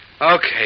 Okay